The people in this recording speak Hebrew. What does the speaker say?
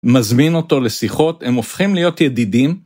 מזמין אותו לשיחות, הם הופכים להיות ידידים.